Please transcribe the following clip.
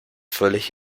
völlig